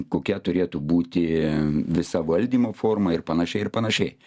kokia turėtų būti visa valdymo forma ir panašiai ir panašiai